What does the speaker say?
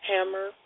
Hammer